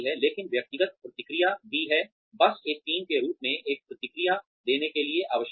लेकिन व्यक्तिगत प्रतिक्रिया भी है बस एक टीम के रूप में एक प्रतिक्रिया देने के लिए आवश्यक है